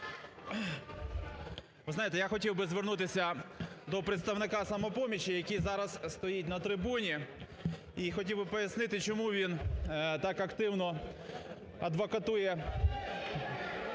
Ви знаєте, я хотів би звернутися до представника "Самопомочі", який зараз стоїть на трибуні і хотів би пояснити чому він так активно адвокатує